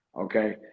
okay